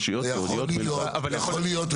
יכול להיות,